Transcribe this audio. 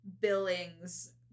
Billings